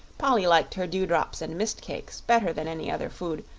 polly liked her dewdrops and mist-cakes better than any other food,